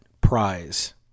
prize